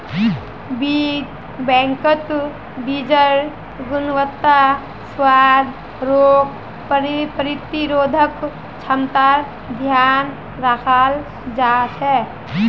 बीज बैंकत बीजेर् गुणवत्ता, स्वाद, रोग प्रतिरोधक क्षमतार ध्यान रखाल जा छे